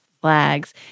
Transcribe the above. flags